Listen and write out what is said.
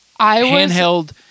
handheld